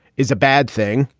is a bad thing.